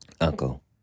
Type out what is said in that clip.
Uncle